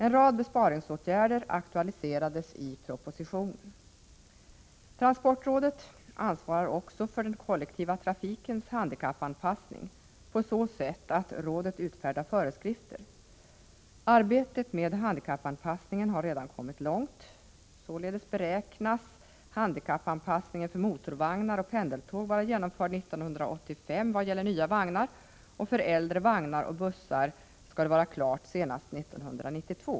En rad besparingsåtgärder aktualiserades i propositionen. Transportrådet ansvarar också för den kollektiva trafikens handikappanpassning på så sätt att rådet utfärdar föreskrifter. Arbetet med handikappanpassningen har redan kommit långt. Således beräknas handikappanpassningen för motorvagnar och pendeltåg vara genomförd 1985 vad gäller nya vagnar, och för äldre vagnar och bussar skall den vara klar senast 1992.